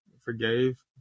forgave